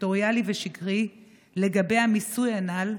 סקטוריאלי ושקרי לגבי המיסוי הנ"ל,